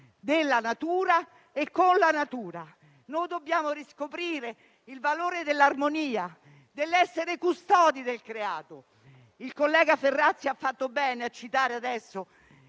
della natura e con la natura. Dobbiamo riscoprire il valore dell'armonia, dell'essere custodi del creato. Il collega Ferrazzi ha fatto bene a citare adesso